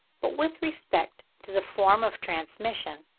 but with respect to the form of transmission,